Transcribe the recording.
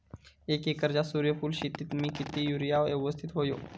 एक एकरच्या सूर्यफुल शेतीत मी किती युरिया यवस्तित व्हयो?